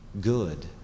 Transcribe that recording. good